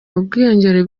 ubwiyongere